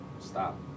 stop